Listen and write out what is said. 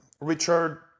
Richard